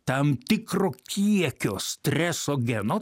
tam tikro kiekio stresogeno